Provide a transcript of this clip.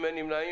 מי נמנע?